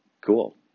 cool